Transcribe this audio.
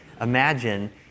imagine